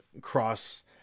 cross